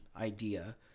idea